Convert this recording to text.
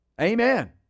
Amen